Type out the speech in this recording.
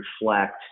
reflect